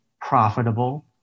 profitable